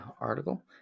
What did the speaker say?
article